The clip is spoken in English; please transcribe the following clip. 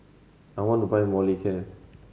I want to buy Molicare